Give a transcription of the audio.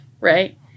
right